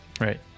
right